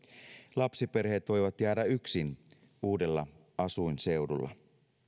lapsiperheet voivat jäädä yksin uudella asuinseudulla